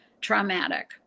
traumatic